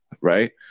Right